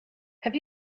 have